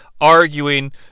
arguing